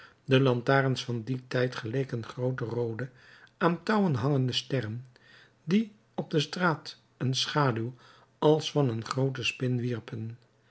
de lantaarns van dien tijd geleken groote roode aan touwen hangende sterren die op de straat een schaduw als van een groote spin